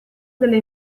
delle